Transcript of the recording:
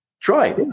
Try